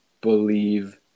believe